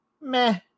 meh